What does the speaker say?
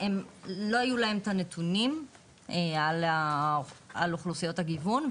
לא היו להם הנתונים על אוכלוסיות הגיוון,